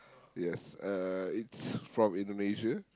yes uh it's from Indonesia